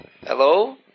Hello